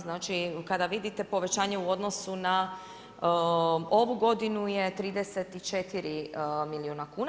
Znači kada vidite povećanje u odnosu na ovu godinu je 34 milijuna kuna.